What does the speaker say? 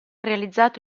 realizzato